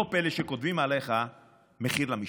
לא פלא שכותבים עליך "מחיר למשתפן".